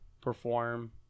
perform